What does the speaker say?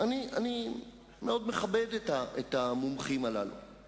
אתה ממש נולדת מחדש